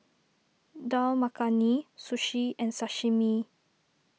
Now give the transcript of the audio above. Dal Makhani Sushi and Sashimi